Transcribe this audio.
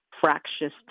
fractious